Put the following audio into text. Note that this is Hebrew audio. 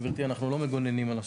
גברתי, אנחנו לא מגוננים על השב"כ.